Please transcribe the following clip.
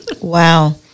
Wow